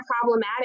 problematic